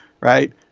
right